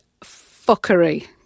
fuckery